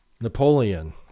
Napoleon